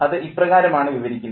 അത് ഇപ്രകാരമാണ് വിവരിക്കുന്നത്